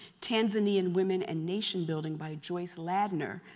tanzanian women and nation building, by joyce ladner,